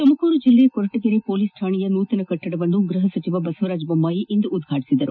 ತುಮಕೂರು ಜಿಲ್ಲೆಯ ಕೊರಟಗೆರೆ ಪೊಲೀಸ್ ರಾಣೆಯ ನೂತನ ಕಟ್ಟಡವನ್ನು ಗೃಹ ಸಚಿವ ಬಸವರಾಜ್ ಬೊಮ್ಮಾಯಿ ಇಂದು ಉದ್ಘಾಟಿಸಿದರು